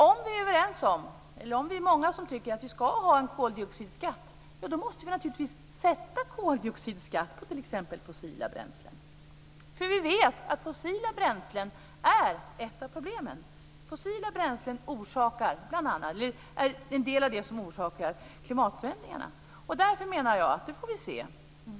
Om vi är många som tycker att vi ska ha en koldioxidskatt måste vi naturligtvis sätta koldioxidskatt på t.ex. fossila bränslen, för vi vet att fossila bränslen är ett av problemen. De fossila bränslena är en del av det som orsakar klimatförändringarna. Därför menar jag att vi nu får se.